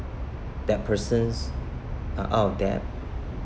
that persons uh out of debt